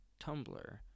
tumblr